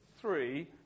three